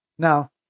Now